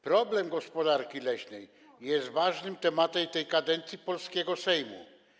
Problem gospodarki leśnej jest ważnym tematem w tej kadencji polskiego Sejmu.